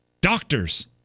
Doctors